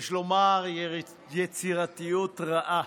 יש לומר יצירתיות רעה.